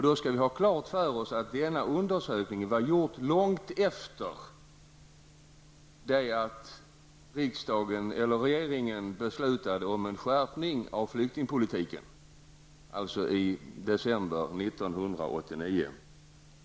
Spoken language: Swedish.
Då skall vi ha klart för oss att denna undersökning gjordes långt efter det att regeringen beslutade om en skärpning av flyktingpolitiken i december 1989.